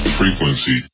frequency